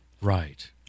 Right